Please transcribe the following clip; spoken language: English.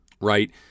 Right